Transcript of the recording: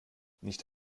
nicht